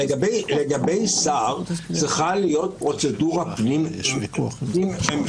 לגבי שר צריכה להיות פרוצדורה פנים-ממשלתית.